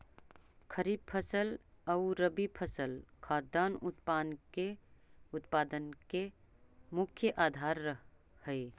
खरीफ फसल आउ रबी फसल खाद्यान्न उत्पादन के मुख्य आधार हइ